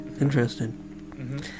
Interesting